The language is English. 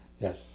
yes